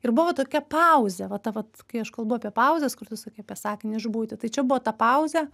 ir buvo va tokia pauzė va ta vat kai aš kalbu apie pauzes kur tu sakai apie sakinį išbūti tai čia buvo ta pauzė